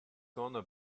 gonna